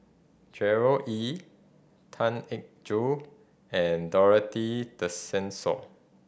Gerard Ee Tan Eng Joo and Dorothy Tessensohn